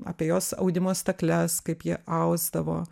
apie jos audimo stakles kaip ji ausdavo